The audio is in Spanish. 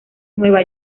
nueva